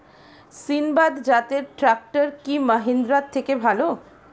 সিণবাদ জাতের ট্রাকটার কি মহিন্দ্রার থেকে ভালো?